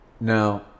now